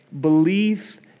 belief